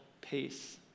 pace